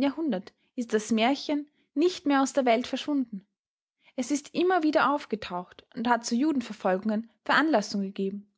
jahrhundert ist das märchen chen nicht mehr aus der welt verschwunden es ist immer wieder aufgetaucht und hat zu judenverfolgungen veranlassung gegeben